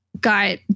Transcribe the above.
got